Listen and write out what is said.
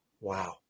Wow